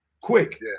quick